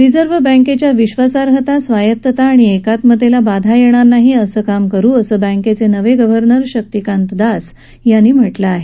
reserve बँकेच्या विश्वासार्हता स्वायतत्ता आणि एकात्मतेला बाधा येणार नाही असं काम करु असं बँकेचे नवे गर्व्हनर शक्तीकांत दास यांनी म्हटलं आहे